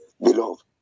Beloved